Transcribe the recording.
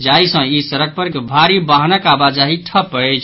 जाहि सॅ ई सड़क पर भारी बाहनक आवाजाही ठप्प अछि